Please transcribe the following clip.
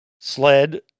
SLED